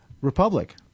Republic